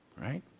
Right